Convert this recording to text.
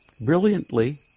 brilliantly